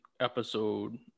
Episode